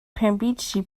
pambiche